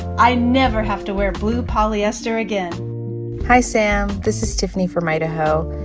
i never have to wear blue polyester again hi, sam. this is tiffany from idaho.